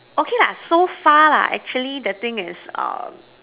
okay lah so far lah actually the thing is um